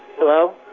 Hello